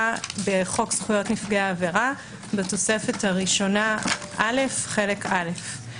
בחוק זכויות נפגעי עבירה בתוספת הראשונה א' חלק א'.